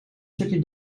stukje